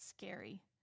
scary